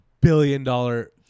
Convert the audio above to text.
billion-dollar